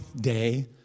day